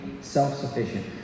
self-sufficient